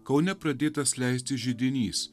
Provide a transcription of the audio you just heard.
kaune pradėtas leisti židinys